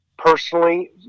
personally